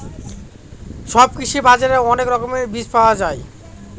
সব কৃষি বাজারে অনেক রকমের বীজ পাওয়া যায়